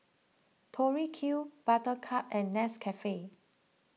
Tori Q Buttercup and Nescafe